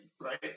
right